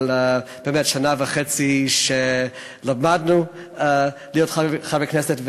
על שנה וחצי שבה למדנו להיות חברי כנסת,